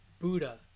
Buddha